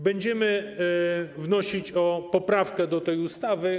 Będziemy wnosić poprawkę do tej ustawy.